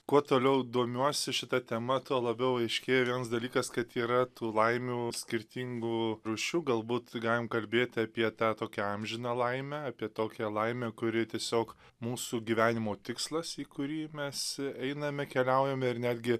kuo toliau domiuosi šita tema tuo labiau aiškėjo vienas dalykas kad yra tų laimių skirtingų rūšių galbūt galim kalbėti apie tą tokią amžiną laimę apie tokią laimę kuri tiesiog mūsų gyvenimo tikslas į kurį mes einame keliaujame ir netgi